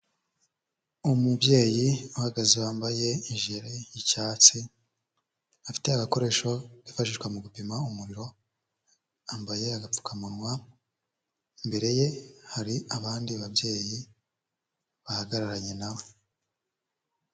Umubyeyi uhagaze wambaye ijire y'icyatsi, afite agakoresho gafashishwa mu gupima umuriro yambaye agapfukamunwa imbere ye hari abandi babyeyi bahagararanye na we.